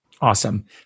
Awesome